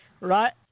right